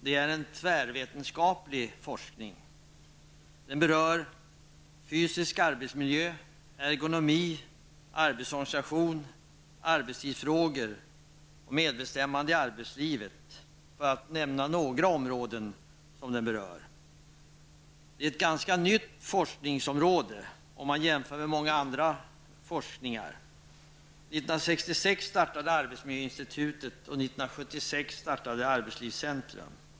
Det är en tvärvetenskaplig forskning, som berör fysisk arbetsmiljö, ergonomi, arbetsorganisation, arbetstidsfrågor och medbestämmande i arbetslivet, för att nämna några områden. Det är ett ganska nytt forskningsområde, om man jämför med många andra forskningar. 1966 startade arbetsmiljöinstitutet, och 1976 inrättades arbetslivscentrum.